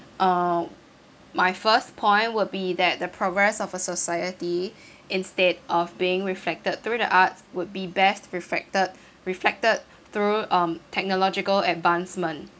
uh my first point will be that the progress of a society instead of being reflected through the arts would be best reflected reflected through um technological advancement